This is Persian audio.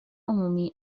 عمومی